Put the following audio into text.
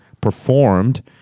performed